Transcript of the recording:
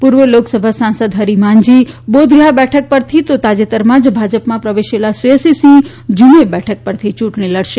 પૂર્વ લોકસભા સાંસદ હરી માંઝી બોધગયા બેઠક પરથી તો તાજેતરમાં જ ભાજપમાં પ્રવેલેલા શ્રેયસી સિંહ જુમઇ બેઠક પરથી યુંટણી લડશે